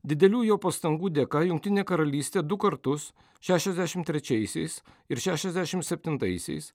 didelių jo pastangų dėka jungtinė karalystė du kartus šešiasdešimt trečiaisiais ir šešiasdešimt septintaisiais